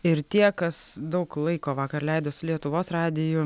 ir tie kas daug laiko vakar leido su lietuvos radiju